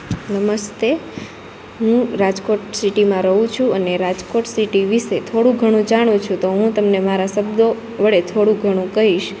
નમસ્તે હું રાજકોટ સિટીમાં રઉ છું અને રાજકોટ સિટી વિશે થોડું ઘણું જાણું છું તો હું તમને મારા શબ્દો વડે થોડું ઘણું કઇસ